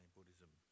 Buddhism